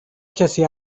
کسی